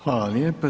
Hvala lijepo.